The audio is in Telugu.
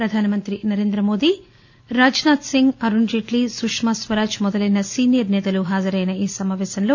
ప్రధానమంత్రి నరేద్రమోదీ రాజ్ నాథ్ సింగ్ అరుణ్ జైట్లీ సుష్మా స్వరాజ్ మొదలైన సీనియర్ సేతలు హాజరైన ఈ సమావేశంలో